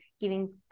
giving